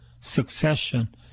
succession